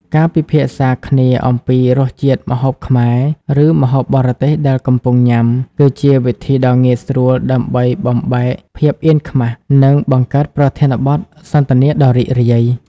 ការពិភាក្សាគ្នាអំពីរសជាតិម្ហូបខ្មែរ ឬម្ហូបបរទេសដែលកំពុងញ៉ាំ គឺជាវិធីដ៏ងាយស្រួលដើម្បីបំបែកភាពអៀនខ្មាស និងបង្កើតប្រធានបទសន្ទនាដ៏រីករាយ។